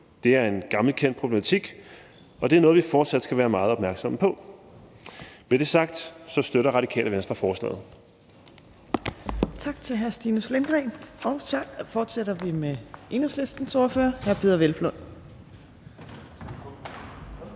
Det er en gammelkendt problematik, og det er noget, som vi fortsat skal være meget opmærksomme på. Med det sagt støtter Radikale Venstre forslaget.